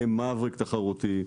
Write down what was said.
תהיה מאבריק תחרותי.